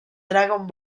dragon